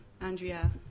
Andrea